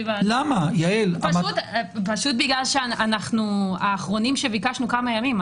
בגלל שאנחנו האחרונים שביקשנו כמה ימים.